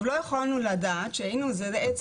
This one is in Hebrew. אנחנו לא יכולנו לדעת שזה היה עצם